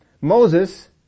Moses